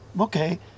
Okay